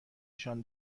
نشان